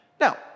Now